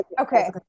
okay